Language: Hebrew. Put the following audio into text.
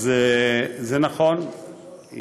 אז זה נכון,